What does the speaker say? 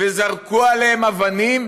וזרקו עליהם אבנים,